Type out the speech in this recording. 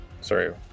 sorry